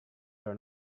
your